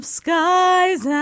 skies